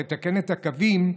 לתקן את הקווים,